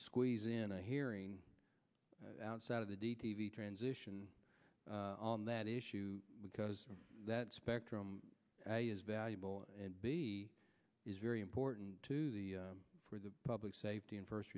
squeeze in a hearing outside of the d t v transition on that issue because that spectrum is valuable and b is very important to the for the public safety and first